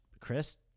Chris